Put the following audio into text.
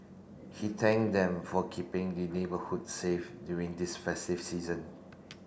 he thanked them for keeping the neighbourhood safe during this festive season